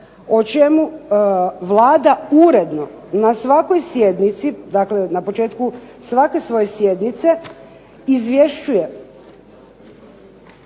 o čemu Vlada uredno na svakoj sjednici, dakle na početku svake svoje sjednice izvješćuje